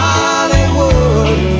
Hollywood